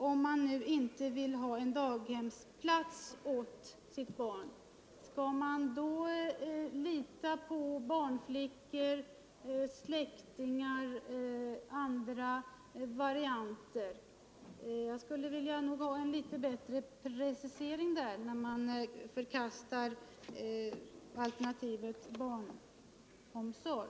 Om man nu inte vill ha en daghemsplats åt sitt barn, skall man då i stället lita till barnflickor, släktingar eller andra varianter av hjälp med barntillsynen? Jag skulle vilja ha en litet bättre precisering på den punkten, när ni nu förkastar alternativet barnomsorg.